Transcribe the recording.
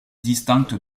distincte